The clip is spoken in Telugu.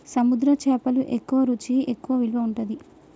సముద్ర చేపలు ఎక్కువ రుచి ఎక్కువ విలువ ఉంటది